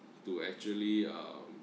to actually um